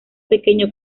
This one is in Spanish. pequeño